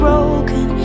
Broken